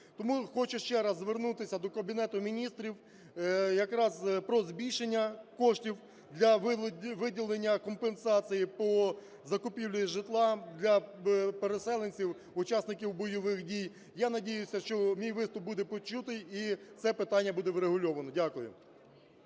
Тому хочу ще раз звернутися до Кабінету Міністрів якраз про збільшення коштів для виділення компенсації по закупівлі житла для переселенців, учасників бойових дій. Я надіюся, що мій виступ буде почутий і це питання буде врегульовано. Дякую.